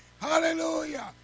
Hallelujah